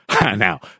Now